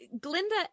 Glinda